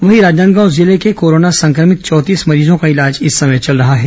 वही राजनांदगांव जिले के कोरोना संक्रमित चौंतीस मरीजों का इलाज इस समय चल रहा है